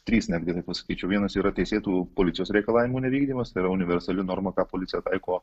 trys netgi taip pasakyčiau vienas yra teisėtų policijos reikalavimų nevykdymas tai yra universali norma ką policija taiko